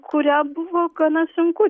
kurią buvo gana sunku